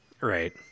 right